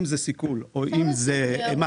אם זה סיכול או אם זה מעשה או מחדל של